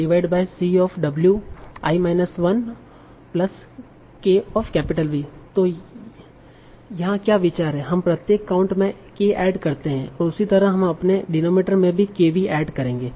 तों यहाँ क्या विचार है हम प्रत्येक काउंट में k ऐड करते हैं और उसी तरह हम अपने डिनोमिनेटर में भी kV ऐड करेंगे